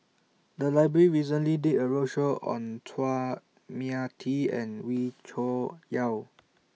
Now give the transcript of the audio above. The Library recently did A roadshow on Chua Mia Tee and Wee Cho Yaw